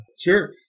Sure